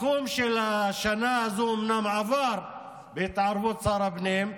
הסכום של השנה הזו אומנם עבר, בהתערבות שר הפנים,